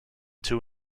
two